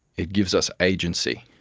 it gives us agency.